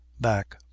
back